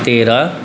तेरह